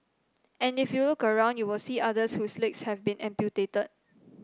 and if you look around you will see others whose legs have been amputated